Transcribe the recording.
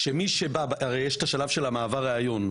שבשלב של מעבר הריאיון,